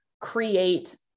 create